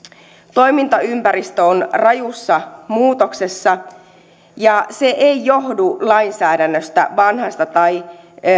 toimintaympäristö on rajussa muutoksessa ja se ei johdu lainsäädännöstä vanhasta tai